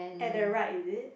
at the right is it